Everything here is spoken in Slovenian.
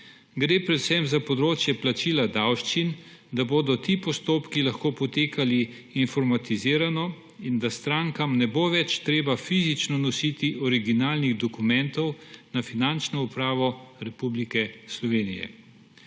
Gre predvsem za področje plačila davščin, da bodo ti postopki lahko potekali informatizirano in da strankam ne bo več treba fizično nositi originalnih dokumentov na Finančno upravo Republike Slovenije.